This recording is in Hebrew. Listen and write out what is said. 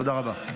תודה רבה.